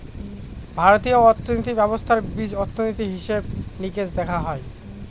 ভারতীয় অর্থনীতি ব্যবস্থার বীজ অর্থনীতি, হিসেব নিকেশ দেখা হয়